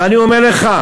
ואני אומר לך: